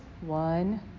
One